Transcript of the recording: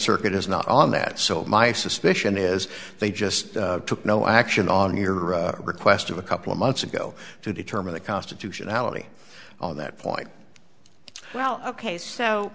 circuit is not on that so my suspicion is they just took no action on your request of a couple of months ago to determine the constitutionality on that point well ok so